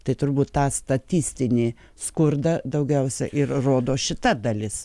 tai turbūt tą statistinį skurdą daugiausiai ir rodo šita dalis